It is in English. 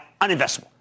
uninvestable